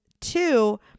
Two